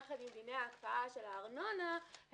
יחד עם ענייני דיני ה --- של הארנונה הסירו